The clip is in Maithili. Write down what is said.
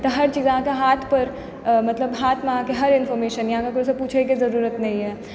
तऽ हर चीज अहाँके हाथ पर मतलब हाथमे अहाँके हर इन्फोर्मेशन यऽ अहाँके कोइ से पूछयके जरूरत नहि यऽ